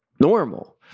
normal